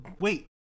wait